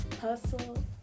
hustle